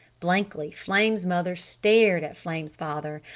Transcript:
blankly flame's mother stared at flame's father.